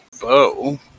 bow